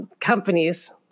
companies